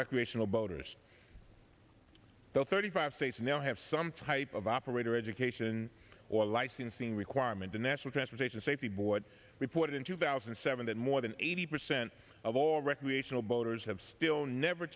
recreational boaters though thirty five states now have some type of operator education or licensing requirement the national transportation safety board reported in two thousand and seven that more than eighty percent of all recreational boaters have still never